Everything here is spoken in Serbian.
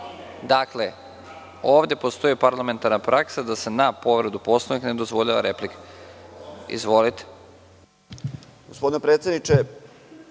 Poslovnika. Ovde postoji parlamentarna praksa da se na povredu Poslovnika ne dozvoljava replika. Izvolite.